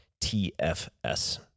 TFS